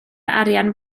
arian